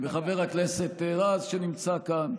וחבר הכנסת רז, שנמצא כאן.